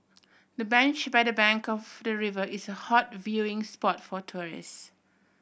the bench by the bank of the river is a hot viewing spot for tourists